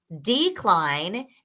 Decline